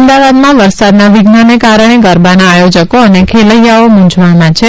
અમદાવાદમાં વરસાદના વિધ્નને કારણે ગરબાના આયોજકો અને ખેલૈયાઓ મૂંઝવણમાં છે